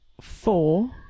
four